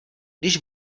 když